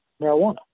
marijuana